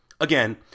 Again